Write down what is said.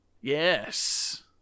Yes